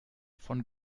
von